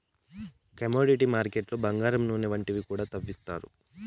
commodity మార్కెట్లు బంగారం నూనె వంటివి కూడా తవ్విత్తారు